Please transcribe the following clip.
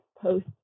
post